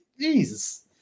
Jesus